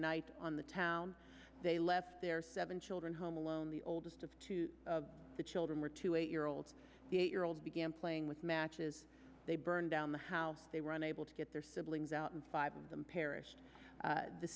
night on the town they left their seven children home alone the oldest of two of the children were two eight year old the eight year old began playing with matches they burned down the how they were unable to get their siblings out and five of them perished